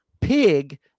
pig